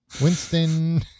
Winston